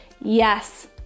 Yes